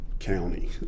county